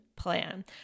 Plan